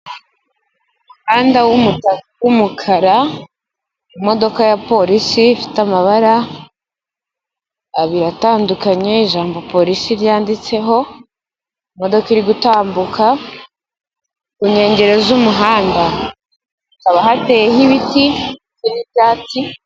Umuhanda w'umukara, imodoka ya polisi ifite amabara abiri atandukanye, ijambo polisi ryanditseho, imodoka iri gutambuka, ku nkengero z'umuhanda hakaba hateyeho ibiti, ibiti by'icyatsi...